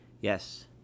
Yes